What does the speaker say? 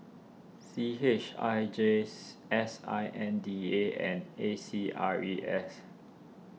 C H I J S I N D A and A C R E S